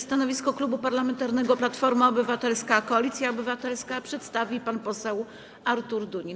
Stanowisko Klubu Parlamentarnego Platforma Obywatelska - Koalicja Obywatelska przedstawi pan poseł Artur Dunin.